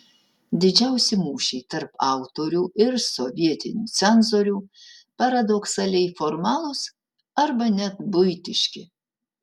didžiausi mūšiai tarp autorių ir sovietinių cenzorių paradoksaliai formalūs arba net buitiški